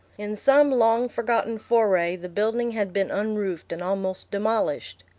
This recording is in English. in some long-forgotten foray, the building had been unroofed and almost demolished.